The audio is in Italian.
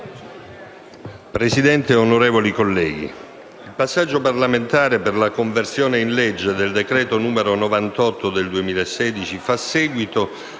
Presidente, onorevoli colleghi, il passaggio parlamentare per la conversione in legge del decreto-legge n. 98 del 2016 fa seguito